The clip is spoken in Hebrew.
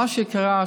מה שקרה,